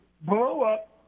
blow-up